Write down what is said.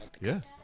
Yes